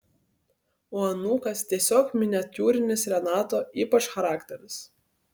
o anūkas tiesiog miniatiūrinis renato ypač charakteris